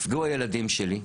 נפגעה הילדים שלי,